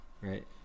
right